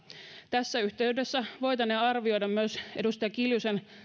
tässä yhteydessä voitaneen arvioida myös edustaja kiljusen